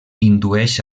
indueix